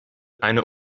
eine